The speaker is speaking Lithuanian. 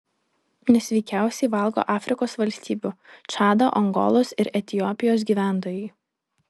nesveikiausiai valgo afrikos valstybių čado angolos ir etiopijos gyventojai